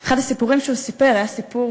אחד הסיפורים שהוא סיפר היה סיפור